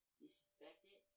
disrespected